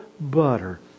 butter